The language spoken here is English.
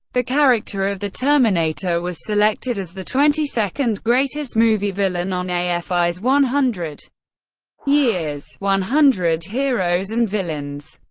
the character of the terminator was selected as the twenty second greatest movie villain on ah afi's one hundred years. one hundred heroes and villains.